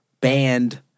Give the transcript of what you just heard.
banned